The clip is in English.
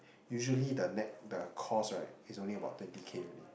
usually the nett the cost right is only about twenty K only